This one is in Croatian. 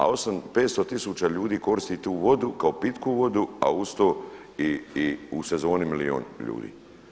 A 500 tisuća ljudi koristi tu vodu kao pitku vodu a uz to i u sezoni milijun ljudi.